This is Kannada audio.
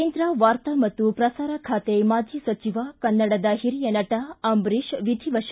ಕೇಂದ್ರ ವಾರ್ತಾ ಮತ್ತು ಪ್ರಸಾರ ಖಾತೆ ಮಾಜಿ ಸಚಿವ ಕನ್ನಡದ ಹಿರಿಯ ನಟ ಅಂಬರೀಷ್ ವಿಧಿವಶ